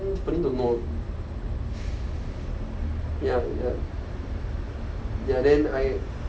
feline don't know ya ya then I